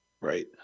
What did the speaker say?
Right